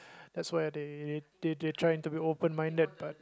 that's where they they they trying to be open minded but